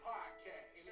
Podcast